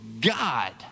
God